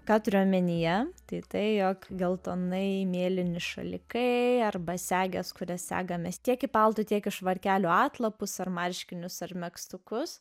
ką turiu omenyje tik tai jog geltonai mėlyni šalikai arba segės kurias segamės tiek paltų tiek švarkelio atlapus ir marškinius ar megztukus